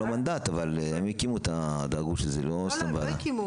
לא מנדט, אבל הם הקימו --- לא, הם לא הקימו